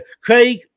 Craig